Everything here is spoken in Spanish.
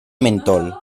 mentol